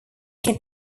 can